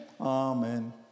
Amen